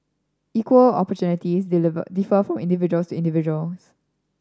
equal opportunities diliver differ from individual to individual